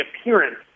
appearance